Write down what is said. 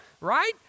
right